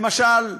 למשל,